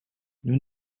nous